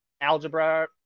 Algebra